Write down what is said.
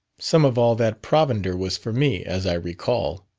some of all that provender was for me, as i recall.